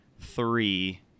Three